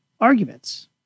arguments